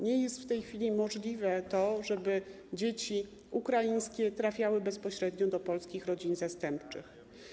Nie jest w tej chwili możliwe, żeby dzieci ukraińskie trafiały bezpośrednio do polskich rodzin zastępczych.